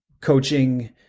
coaching